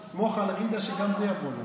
חכה, סמוך על ג'ידא שגם זה יבוא לה.